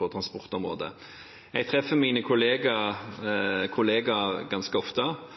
på transportområdet. Jeg treffer mine kolleger ganske ofte.